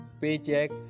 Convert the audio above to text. paycheck